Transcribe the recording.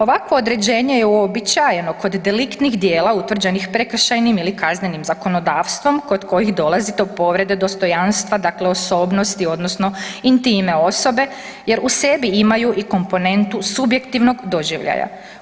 Ovakvo određenje je uobičajeno kod deliktnih djela utvrđenih prekršajnim ili kaznenim zakonodavstvom kod kojih dolazi do povrede dostojanstva, dakle osobnosti odnosno intime osobe jer u sebi imaju i komponentu subjektivnog doživljaja.